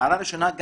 יש לי שתי שאלות.